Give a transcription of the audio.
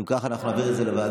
אם כך, אנחנו נעביר את זה לוועדה.